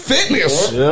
Fitness